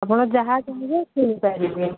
ଆପଣ ଯାହା ଚାହିଁବେ କିଣି ପାରିବେ